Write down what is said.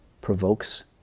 provokes